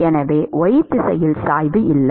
எனவே y திசையில் சாய்வு இல்லை